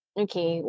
okay